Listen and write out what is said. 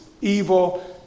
evil